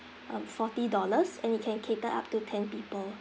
um forty dollars and it can cater up to ten people